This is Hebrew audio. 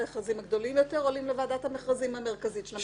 ויש את המכרזים הגדולים יותר שעולים לוועדת המכרזים המרכזית של המשרד.